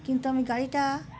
কিন্তু আমি গাড়িটা